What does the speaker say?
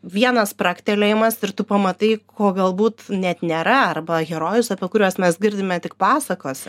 vienas spragtelėjimas ir tu pamatai ko galbūt net nėra arba herojus apie kuriuos mes girdime tik pasakose